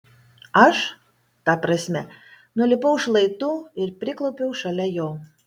aš ta prasme nulipau šlaitu ir priklaupiau šalia jo